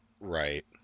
Right